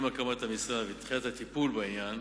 עם הקמת המשרד ותחילת הטיפול בעניין,